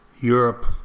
Europe